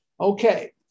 Okay